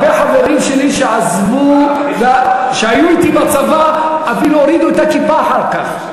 הרבה חברים שלי שהיו אתי בצבא אפילו הורידו את הכיפה אחר כך.